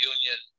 Union